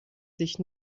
sich